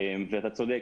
אתה צודק,